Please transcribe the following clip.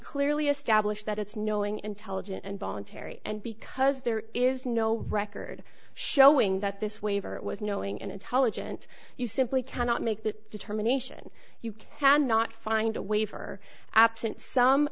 clearly established that it's knowing intelligent and voluntary and because there is no record showing that this waiver was knowing and intelligent you simply cannot make that determination you cannot find a way for absent some